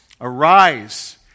Arise